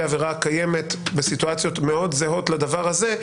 עבירה קיימת בסיטואציות מאוד זהות לדבר הזה,